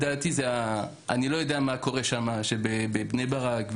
לא יודע מה קורה בבני ברק,